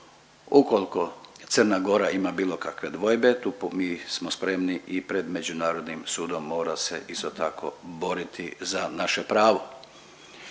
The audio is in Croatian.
Ukolko Crna Gora ima bilo kakve dvojbe tu mi smo spremni i pred Međunarodnim sudom mora se isto tako boriti za naše pravo,